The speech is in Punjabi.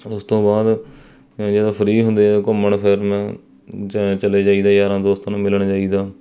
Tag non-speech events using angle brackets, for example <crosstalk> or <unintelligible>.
ਉਸ ਤੋਂ ਬਾਅਦ <unintelligible> ਫਰੀ ਹੁੰਦੇ ਹਾਂ ਘੁੰਮਣ ਫਿਰਨ ਜਾ ਚਲੇ ਜਾਈਦਾ ਯਾਰਾਂ ਦੋਸਤਾਂ ਨੂੰ ਮਿਲਣ ਜਾਈਦਾ